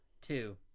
Two